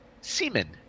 semen